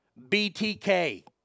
BTK